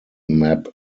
map